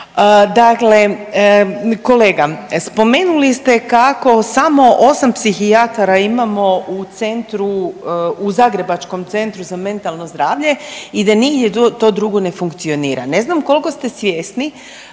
Dakle, kolega spomenuli ste kako samo 8 psihijatara imamo u centru, u zagrebačkom centru za mentalno zdravlje i da nigdje drugo to ne funkcionira. Ne znam koliko ste svjesni